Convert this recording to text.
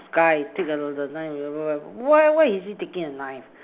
guy take why why is he taking a knife